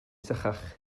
sychach